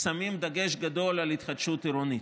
שמים דגש גדול על התחדשות עירונית.